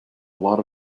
lot